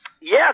yes